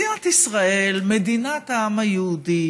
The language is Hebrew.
מדינת ישראל, מדינת העם היהודי,